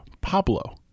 pablo